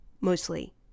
Mostly